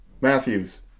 Matthews